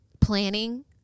planning